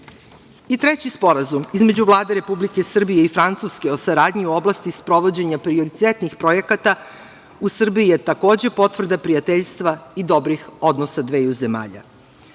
Sporazum između Vlade Republike Srbije i Francuske o saradnju u oblasti sprovođenja prioritetnih projekata u Srbiji je takođe potvrda prijateljstva i dobrih odnosa dveju zemalja.